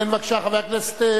כן, בבקשה, חבר הכנסת.